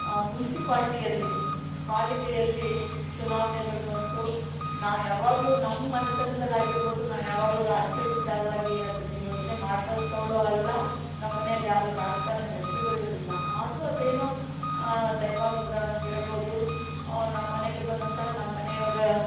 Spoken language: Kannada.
ಮುನ್ಸಿಪಾಲ್ಟಿಯಲ್ಲಿ ಪಾಲಿಕೆಯಲ್ಲಿ ಚುನಾವಣೆಗಳು ಬಂತು ನಾನು ಯಾವಾಗಲೂ ನಮ್ಮ ಮನೆತನದಲ್ಲಿ ಆಗಿರ್ಬೋದು ನಾನು ಯಾವಾಗಲೂ ರಾಜಕೀಯ ವಿಚಾರವಾಗಿ ಅದನ್ನು ಯೋಚನೆ ಮಾಡಿದಂಥವಳೂ ಅಲ್ಲ ನಮ್ಮನೆಯಲ್ಲಿ ಯಾರೂ ರಾಜಕಾರಣ ವ್ಯಕ್ತಿಗಳೂ ಇರಲಿಲ್ಲ ಆದರೂ ಅದೇನೊ ದೈವಾನುಗ್ರಹ ಅಂತ ಹೇಳ್ಬೋದು ನಮ್ಮನೆಗೆ ಬಂದಂತಹ ನಮ್ಮನೆಯವರ